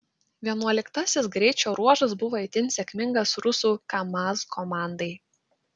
vienuoliktasis greičio ruožas buvo itin sėkmingas rusų kamaz komandai